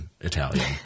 Italian